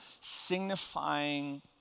signifying